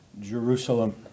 Jerusalem